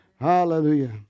Hallelujah